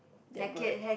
they're good